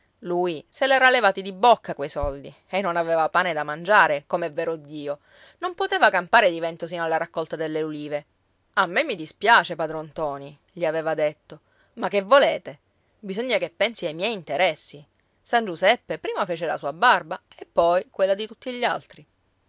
lui se l'era levati di bocca quei soldi e non aveva pane da mangiare com'è vero dio non poteva campare di vento sino alla raccolta delle ulive a me mi dispiace padron ntoni gli aveva detto ma che volete bisogna che pensi ai miei interessi san giuseppe prima fece la sua barba e poi quella di tutti gli altri